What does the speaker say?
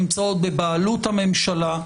נמצא בבעלות הממשלה,